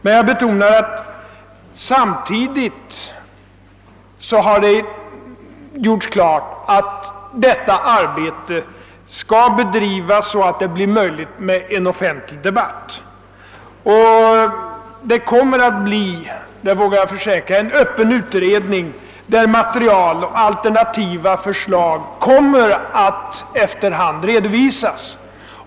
Men jag betonar att det samtidigt har gjorts klart att detta arbete skall bedrivas så att en offentlig debatt blir möjlig. Det kommer att bli, det vågar jag försäkra, en öppen utredning där material och alternativa förslag efter hand redovisas.